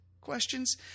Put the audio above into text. questions